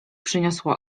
przyniosło